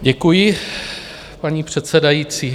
Děkuji, paní předsedající.